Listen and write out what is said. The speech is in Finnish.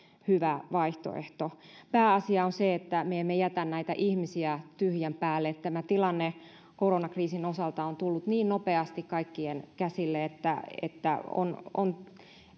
hyvä vaihtoehto pääasia on se että me emme jätä näitä ihmisiä tyhjän päälle tämä tilanne koronakriisin osalta on tullut niin nopeasti kaikkien käsille että että on on